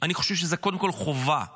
אני חושב שזו קודם כול חובה לשרת,